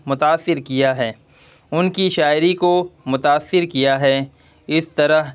متاثر کیا ہے ان کی شاعری کو متاثر کیا ہے اس طرح